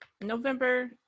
November